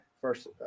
first